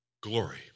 Glory